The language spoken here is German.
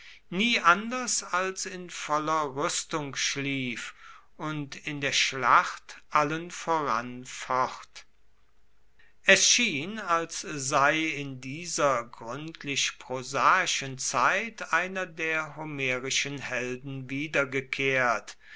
nie anders als in voller rüstung schlief und in der schlacht allen voran focht es schien als sei in dieser gründlich prosaischen zeit einer der homerischen helden